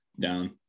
down